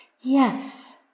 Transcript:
Yes